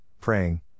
praying